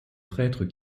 prêtres